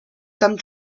some